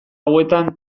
hauetan